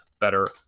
better